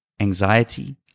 anxiety